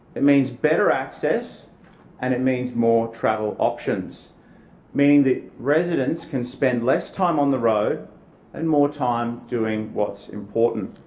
it means better access and it means more travel options meaning the residents can spend less time on the road and more time doing what's important.